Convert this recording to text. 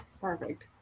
Perfect